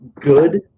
good